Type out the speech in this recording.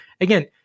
again